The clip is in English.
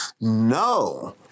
No